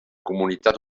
comunitat